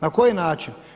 Na koji način?